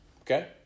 okay